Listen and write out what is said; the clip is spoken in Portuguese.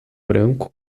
branco